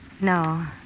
No